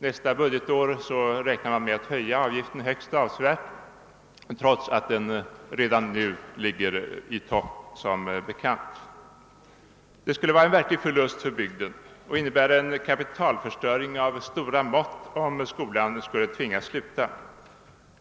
Nästa budgetår räknar man med att höja avgifterna högst avsevärt, trots att de redan nu ligger i topp. Det skulle vara en verklig förlust för bygden och innebära en kapitalförstöring av stora mått, om skolan skulle tvingas upphöra.